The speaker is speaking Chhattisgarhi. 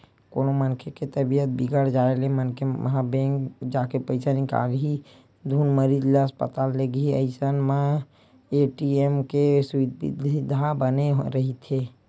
कोनो मनखे के तबीयत बिगड़ जाय ले मनखे ह बेंक जाके पइसा निकालही धुन मरीज ल अस्पताल लेगही अइसन म ए.टी.एम के सुबिधा बने रहिथे